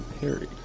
Harry